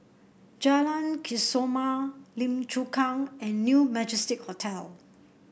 Jalan Kesoma Lim Chu Kang and New Majestic Hotel